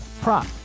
prop